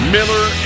Miller